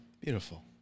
Beautiful